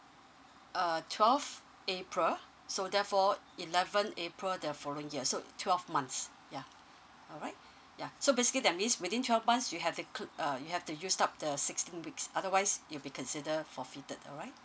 uh twelve april so therefore eleven april the following year so twelve months yeah alright yeah so basically that means within twelve months you have include uh you have to used up the sixteen weeks otherwise it'll be consider forfeited alright okay